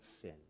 sin